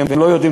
והם לא יודעים,